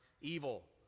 evil